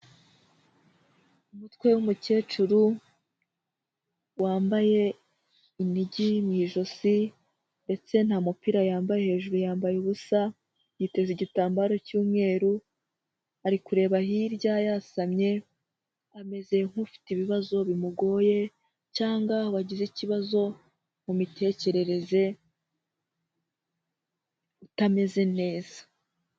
Umutwe w'umukecuru wambaye inigi mu ijosi ndetse nta mupira yambaye, hejuru yambaye ubusa, yiteze igitambaro cy'umweru, ari kureba hirya yasamye, ameze nk'ufite ibibazo bimugoye cyangwa wagize ikibazo mu mitekerereze, utameze neza.